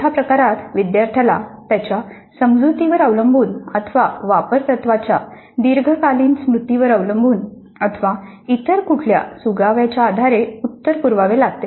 पुरवठा प्रकारात विद्यार्थ्याला त्याच्या समजुतीवर अवलंबून अथवा वापर तत्वाच्या दीर्घकालीन स्मृतीवर अवलंबून अथवा इतर कुठल्या सुगाव्याच्या आधारे उत्तर पुरवावे लागते